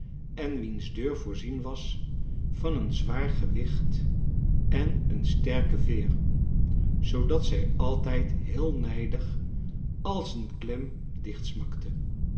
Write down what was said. en wiens deur voorzien was van een zwaar gewicht en een sterke veer zoodat zij altijd tieel nijdig als een klem